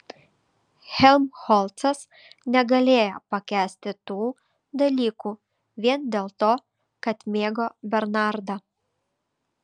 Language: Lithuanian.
helmholcas negalėjo pakęsti tų dalykų vien dėl to kad mėgo bernardą